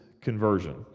conversion